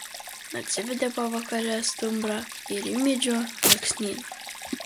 atsivedė pavakare stumbrą į rimydžio alksnyną